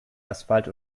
asphalt